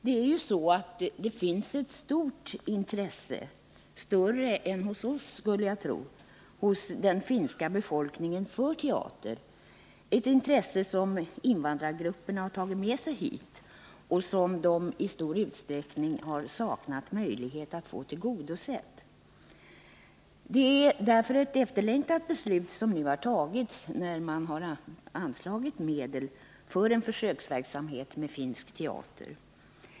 Det är ju så att det finns ett stort intresse hos den finska befolkningen —- större än hos oss, skulle jag tro — för teater, ett intresse som invandrargrupperna tagit med sig hit och som de i stor utsträckning saknat möjlighet att få tillgodosett. Det är därför ett efterlängtat beslut som nu har tagits när man anslagit medel för en försöksverksamhet med finsk teater.